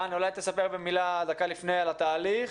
רן, אולי תספר במילה דקה לפני על התהליך